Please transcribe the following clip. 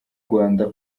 rwanda